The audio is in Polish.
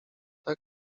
tak